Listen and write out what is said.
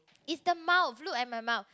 it's the mouth look at my mouth